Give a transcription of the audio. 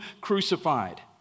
crucified